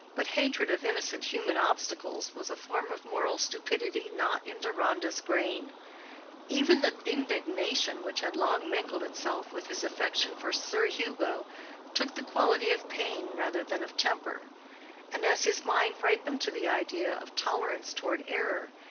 but hatred of innocent human obstacles was a form of moral stupidity not in deronda's grain even the indignation which had long mingled itself with his affection for sir hugo took the quality of pain rather than of temper and as his mind ripened to the idea of tolerance toward error,